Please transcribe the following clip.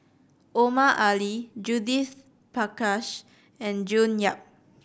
Omar Ali Judith Prakash and June Yap